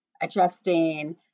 adjusting